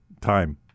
Time